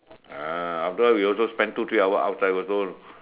ah after all we also spend two three hour outside also